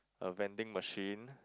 a vending machine